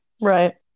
Right